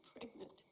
pregnant